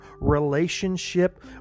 relationship